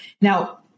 Now